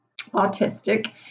autistic